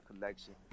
collection